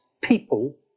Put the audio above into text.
people